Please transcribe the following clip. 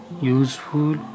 useful